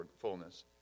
fullness